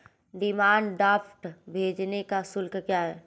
Demand draft भेजने का शुल्क क्या है?